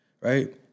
Right